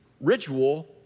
ritual